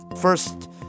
first